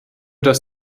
dass